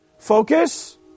Focus